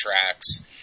tracks